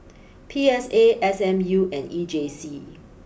P S A S M U and E J C